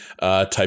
type